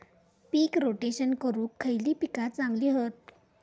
पीक rotation करूक खयली पीका चांगली हत?